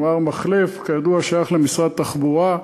נאמר, מחלף, כידוע, שייך למשרד התחבורה.